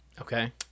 Okay